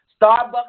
starbucks